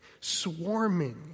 swarming